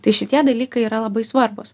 tai šitie dalykai yra labai svarbūs